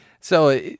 So-